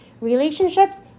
relationships